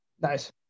Nice